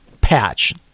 patch